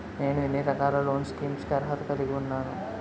నేను ఎన్ని రకాల లోన్ స్కీమ్స్ కి అర్హత కలిగి ఉన్నాను?